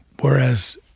Whereas